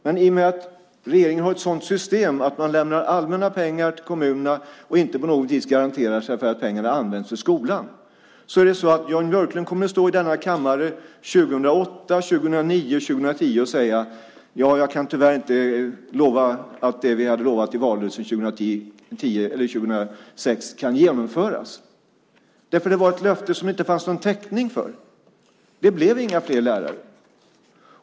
Men i och med att regeringen har ett sådant system att man lämnar allmänna pengar till kommunerna och inte på något vis garanterar att pengarna används för skolan kommer Jan Björklund att stå i denna kammare 2008, 2009 och 2010 och säga att han inte kan lova att det som har utlovats i valrörelsen 2006 kan genomföras därför att det var ett löfte som det inte fanns någon täckning för. Det blev inga fler lärare.